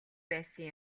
байсан